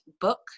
book